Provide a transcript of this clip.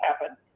happen